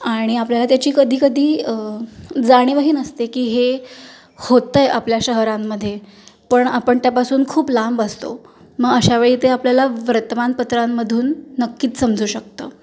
आणि आपल्याला त्याची कधी कधी जाणीवही नसते की हे होत आहे आपल्या शहरांमध्ये पण आपण त्यापासून खूप लांब असतो मग अशावेळी ते आपल्याला वर्तमानपत्रांमधून नक्कीच समजू शकतं